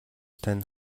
тань